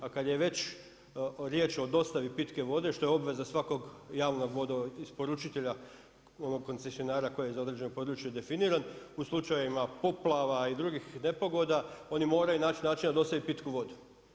A kada je već riječ o dostavi pitke vode što je obveza svakako javnog vodoisporučitelja onog koncesionara koji je za određeno područje definiran, u slučajevima poplava i drugih nepogoda oni moraju naći načina dostaviti pitku vodu.